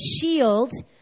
shield